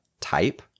type